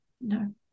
no